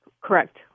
correct